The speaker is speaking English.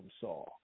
saw